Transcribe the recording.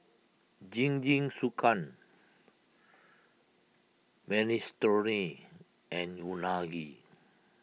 Jingisukan Minestrone and Unagi